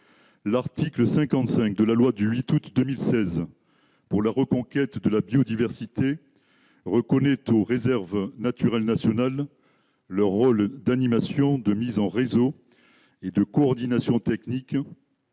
l'article 55 de la loi du 8 août 2016 pour la reconquête de la biodiversité, reconnaît tôt réserve naturelle nationale le rôle d'animation de mise en réseau et de coordination technique